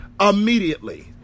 immediately